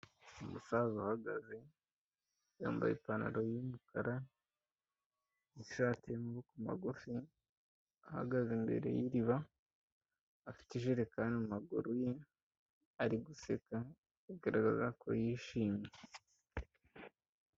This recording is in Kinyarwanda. Umusaza uhagaze, yambaye ipantaro y'umukara, n'ishati y'amaboko magufi, ahagaze imbere y'iriba, afite ijerekani mu maguru ye, ari guseka, bigaragaza ko yishimye.